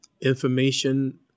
information